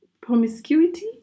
promiscuity